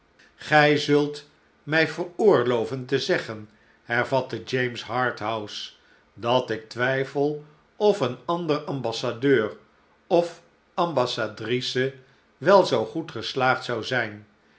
gij zult mij veroorloven te zeggen hervatte james harthouse dat ik twijfel of een ander ambassadeur of ambassadrice wel zoo goed geslaagd zou zijn